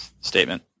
statement